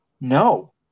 No